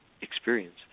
experience